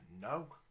no